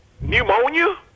pneumonia